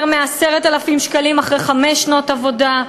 יותר מ-10,000 שקלים אחרי חמש שנות עבודה,